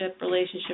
relationship